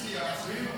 הוסרו.